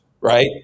right